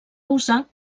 usar